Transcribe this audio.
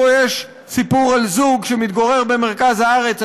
יש פה סיפור על זוג שמתגורר במרכז הארץ,